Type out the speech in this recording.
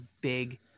big